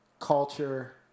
culture